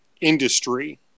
Industry